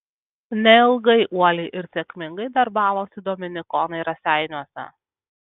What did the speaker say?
neilgai uoliai ir sėkmingai darbavosi dominikonai raseiniuose